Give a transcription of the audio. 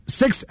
six